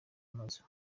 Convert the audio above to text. amazu